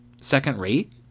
second-rate